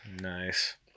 nice